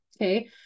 Okay